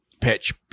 pitch